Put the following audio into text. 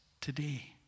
today